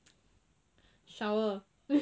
shower